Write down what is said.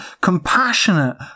compassionate